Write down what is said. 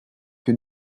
que